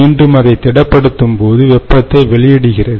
மீண்டும் அதை திடப்படுத்தும்போது வெப்பத்தை வெளியிடுகிறது